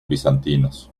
bizantinos